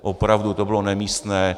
Opravdu, to bylo nemístné.